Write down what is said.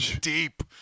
deep